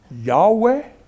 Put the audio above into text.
Yahweh